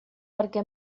perquè